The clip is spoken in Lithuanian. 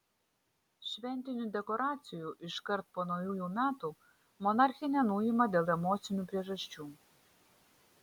šventinių dekoracijų iškart po naujųjų metų monarchė nenuima dėl emocinių priežasčių